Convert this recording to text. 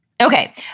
Okay